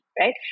right